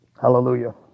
Hallelujah